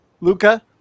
Luca